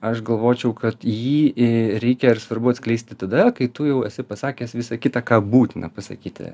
aš galvočiau kad jį i reikia ir svarbu atskleisti tada kai tu jau esi pasakęs visą kitą ką būtina pasakyti